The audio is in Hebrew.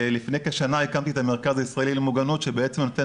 ולפני כשנה הקמתי את המרכז הישראלי למוגנות שנותן